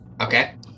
Okay